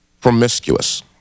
promiscuous